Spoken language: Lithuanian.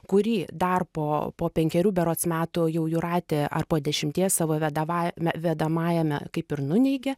kurį dar po po penkerių berods metų jau jūratė ar po dešimties savo vedava vedamajame kaip ir nuneigia